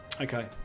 Okay